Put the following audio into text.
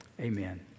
amen